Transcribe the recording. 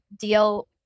deal